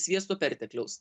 sviesto pertekliaus